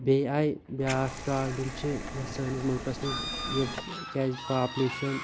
بیٚیہِ آیہِ بِیاکھ پرابلِم چھ یِتھ سٲنِس مُلکَس منٛز یِم کیازِ کہِ پاپلِیشَن